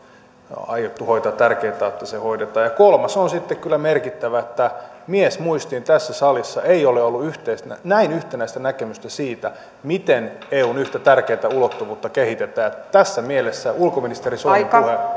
aiottu hoitaa tärkeintä on että se hoidetaan kolmas on sitten kyllä merkittävä miesmuistiin tässä salissa ei ole ollut näin yhtenäistä näkemystä siitä miten eun yhtä tärkeätä ulottuvuutta kehitetään ja tässä mielessä ulkoministeri soinin puhe